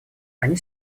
они